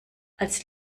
als